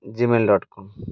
gmail dot com